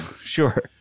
Sure